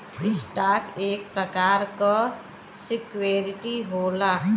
stock एक प्रकार क सिक्योरिटी होला